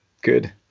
good